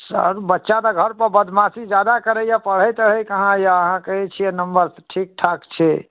sir बच्चा तऽ घरपर बदमाशी ज्यादा करैए पढ़ै तढ़ै कहाँ अइ अहाँ कहै छिए नम्बर ठीकठाक छै